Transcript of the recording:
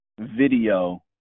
video